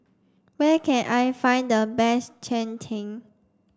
where can I find the best Cheng Tng